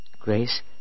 Grace